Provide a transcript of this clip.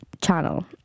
channel